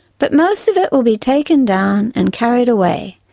but most of it will be taken down and carried away,